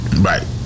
Right